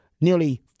nearly